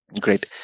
Great